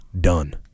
done